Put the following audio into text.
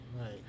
Right